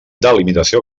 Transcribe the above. delimitació